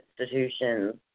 institutions